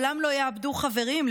לעולם לא יאבדו חברים,